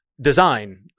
design